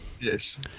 Yes